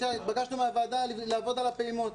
התבקשנו על ידי הוועדה לעבוד על הפעימות.